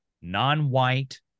non-white